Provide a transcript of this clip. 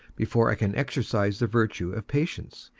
before i can exercise the virtue of patience.